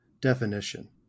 definition